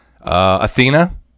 Athena